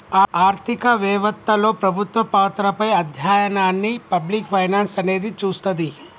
ఆర్థిక వెవత్తలో ప్రభుత్వ పాత్రపై అధ్యయనాన్ని పబ్లిక్ ఫైనాన్స్ అనేది చూస్తది